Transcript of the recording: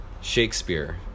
Shakespeare